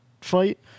fight